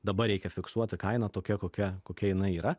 dabar reikia fiksuoti kainą tokia kokia kokia jinai yra